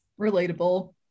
Relatable